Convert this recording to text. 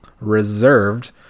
reserved